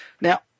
Now